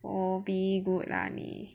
orbigood ah